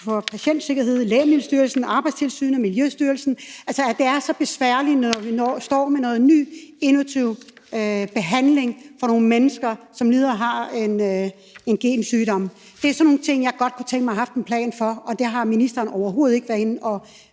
for Patientsikkerhed, Lægemiddelstyrelsen, Arbejdstilsynet og Miljøstyrelsen? Altså, det er så besværligt, når vi står med en ny, innovativ behandling til nogle mennesker, som lider og har en gensygdom. Det er sådan nogle ting, jeg godt kunne tænke mig at man havde haft en plan for. Og det har ministeren overhovedet ikke været inde og